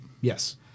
Yes